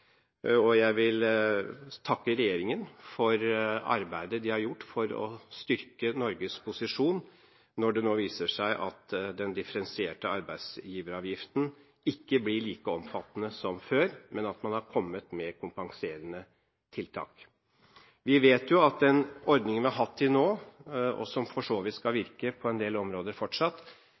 høring. Jeg vil takke regjeringen for arbeidet de har gjort for å styrke Norges posisjon, når det nå viser seg at den differensierte arbeidsgiveravgiften ikke blir like omfattende som før, men at man har kommet med kompenserende tiltak. Vi vet jo at den ordningen vi har hatt til nå, og som for så vidt skal virke på en del områder fortsatt,